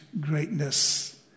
greatness